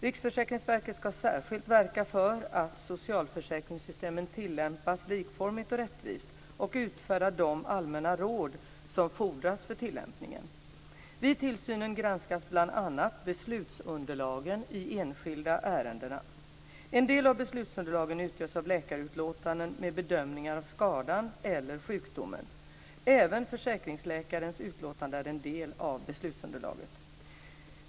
Riksförsäkringsverket ska särskilt verka för att socialförsäkringssystemen tillämpas likformigt och rättvist och utfärda de allmänna råd som fordras för tillämpningen. Vid tillsynen granskas bl.a. beslutsunderlagen i de enskilda ärendena. En del av beslutsunderlagen utgörs av läkarutlåtanden med bedömningar av skadan eller sjukdomen. Även försäkringsläkarens utlåtande är en del av beslutsunderlaget.